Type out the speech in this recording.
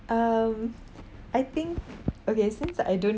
um I think okay since I don't